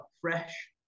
fresh